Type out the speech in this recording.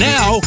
Now